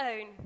own